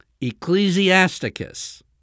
Ecclesiasticus